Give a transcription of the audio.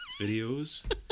videos